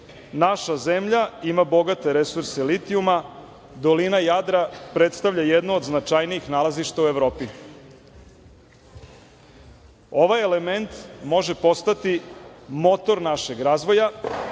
zemlja ima bogate resurse litijuma. Dolina Jadra predstavlja jedno od značajnijih nalazišta u Evropi. Ovaj element može postati motor našeg razvoja